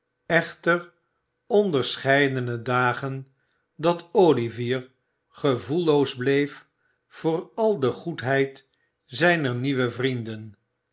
echter onderscheidene dagen dat olivier gevoelloos bleef voor al de goedheid zijner nieuwe vrienden